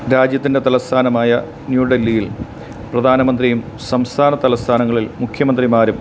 രാജ്യത്തിൻ്റെ തലസ്ഥാനമായ ന്യൂഡളിയിൽ പ്രധാനമന്ത്രിയും സംസ്ഥാന തലസ്ഥാനങ്ങളിൽ മുഖ്യമന്ത്രിമാരും